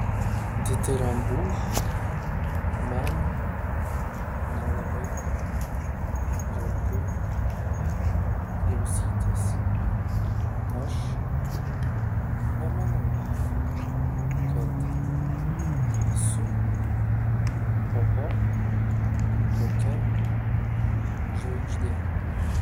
ditirambų man nelabai jauku klausytis aš nemanau kad esu oho kokia žvaigždė